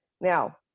now